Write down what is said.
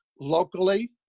locally